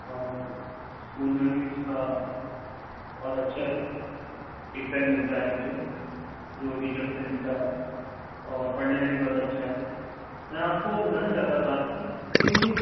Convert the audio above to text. اور اسکول میں بھی اس کا بہت اچھا فیڈبیک ملتا ہے مجھے جو ٹیچر سے ملتا ہے اور پڑھنے میں بھی بہت اچھا ہے میں آپ کو بتانا چاہتا تھا کہ یہ